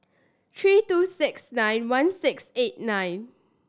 three two six nine one six eight nine